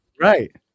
Right